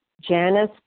Janice